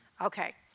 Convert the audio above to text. Okay